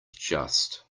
just